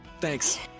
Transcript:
Thanks